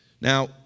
now